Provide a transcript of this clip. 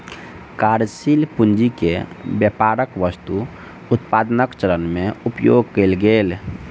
कार्यशील पूंजी के व्यापारक वस्तु उत्पादनक चरण में उपयोग कएल गेल